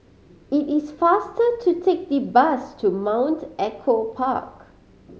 it is faster to take the bus to Mount Echo Park